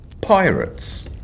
Pirates